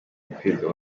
ukwirwa